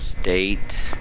State